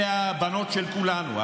אלה הבנות של כולנו,